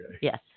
Yes